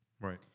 Right